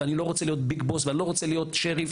אני לא רוצה להיות ביג בוס ואני לא רוצה להיות שריף,